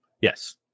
Yes